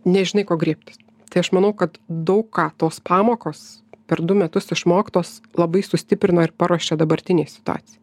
nežinai ko griebtis tai aš manau kad daug ką tos pamokos per du metus išmoktos labai sustiprino ir paruošė dabartinei situacijai